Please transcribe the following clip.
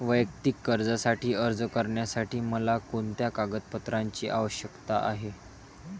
वैयक्तिक कर्जासाठी अर्ज करण्यासाठी मला कोणत्या कागदपत्रांची आवश्यकता आहे?